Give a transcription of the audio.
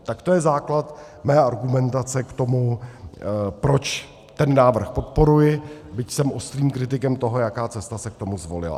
Tak to je základ mé argumentace k tomu, proč ten návrh podporuji, byť jsem ostrým kritikem toho, jaká cesta se k tomu zvolila.